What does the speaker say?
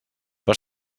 per